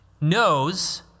knows